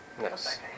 Yes